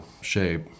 shape